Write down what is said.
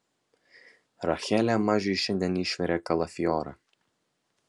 rachelė mažiui šiandien išvirė kalafiorą